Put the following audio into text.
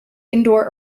indoor